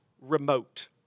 remote